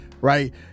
right